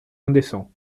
indécent